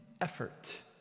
effort